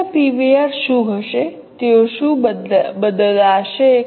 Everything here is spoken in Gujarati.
અન્ય પીવીઆર શું હશે શું તેઓ બદલાશે